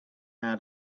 had